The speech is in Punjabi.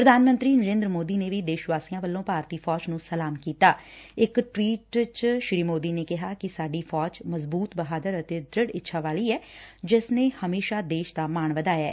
ਪ੍ਰਧਾਨ ਮੰਤਰੀ ਨਰੇਂਦਰ ਮੋਦੀ ਨੇ ਵੀ ਦੇਸ਼ ਵਾਸੀਆਂ ਵੱਲੋਂ ਭਾਰਤੀ ਫੌਜ ਨੂੰ ਸਲਾਮ ਕਿਹਾ ਕਿ ਸਾਡੀ ਫੌਜ ਮਜ਼ਬੁਤ ਬਹਾਦਰ ਅਤੇ ਦ੍ਰਿੜ ਇੱਛਾ ਵਾਲੀ ਐ ਜਿਸ ਨੇ ਹਮੇਸ਼ਾ ਦੇਸ਼ ਦਾ ਮਾਣ ਵਧਾਇਐ